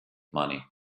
money